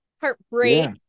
heartbreak